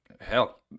hell